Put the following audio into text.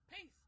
Peace